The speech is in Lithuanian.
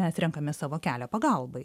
mes renkamės savo kelią pagalbai